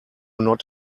not